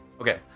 Okay